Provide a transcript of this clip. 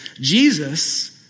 Jesus